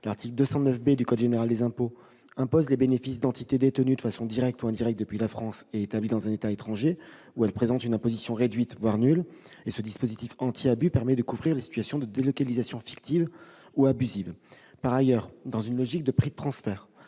l'article 209 B du code général des impôts impose les bénéfices d'entités détenues de façon directe ou indirecte depuis la France et établies dans un État étranger, où elles présentent une imposition réduite, voire nulle. Ce dispositif anti-abus permet de couvrir les situations de délocalisations fictives ou abusives. En deuxième lieu, dans une logique de prix de transfert,